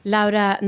Laura